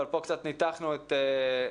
אבל פה קצת ניתחנו את המצב.